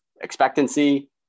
expectancy